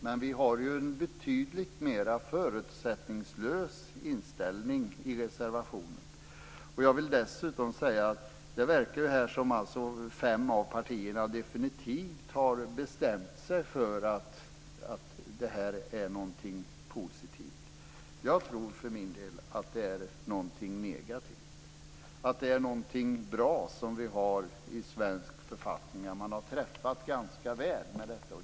Men vi har ju en betydligt mer förutsättningslös inställning. Dessutom verkar det som om fem av partierna definitivt har bestämt sig för att detta är något positivt. Jag tror för min del att det är något negativt. Det nuvarande är något bra vi har i svensk författning - man har träffat ganska väl med detta.